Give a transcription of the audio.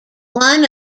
one